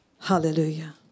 Hallelujah